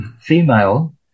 female